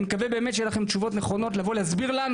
אני מקווה באמת שיהיו לכם תשובות נכונות לבוא ולהסביר לנו